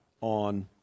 on